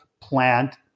plant